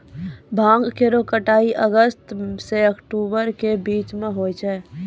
भांग केरो कटाई अगस्त सें अक्टूबर के बीचो म होय छै